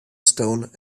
stone